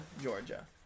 Georgia